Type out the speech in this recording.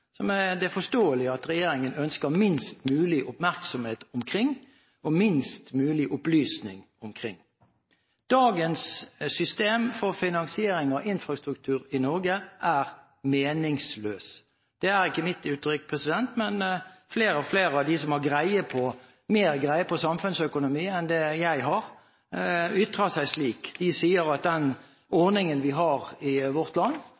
det er forståelig at regjeringen ønsker minst mulig oppmerksomhet rundt og minst mulig opplysning ut om. Dagens system for finansiering av infrastruktur i Norge er meningsløs. Det er ikke mitt uttrykk, men flere og flere av dem som har mer greie på samfunnsøkonomi enn det jeg har, ytrer seg slik. De sier at den ordningen vi har i vårt land,